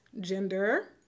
gender